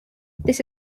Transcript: this